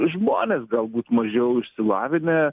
žmonės galbūt mažiau išsilavinę